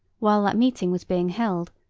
while that meeting was being held,